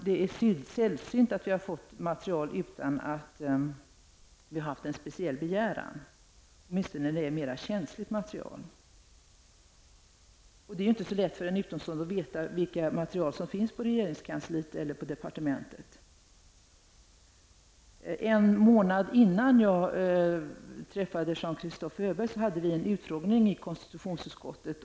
Det är sällsynt att vi har fått material utan speciell begäran, åtminstone när det gällt mera känsligt material. Det är ju inte så lätt för en utomstående att veta vilket material som finns i regeringskansliet eller i departementet. En månad innan jag träffade Jean-Christophe Öberg hade vi en utfrågning i konstitutionsutskottet.